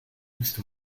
buste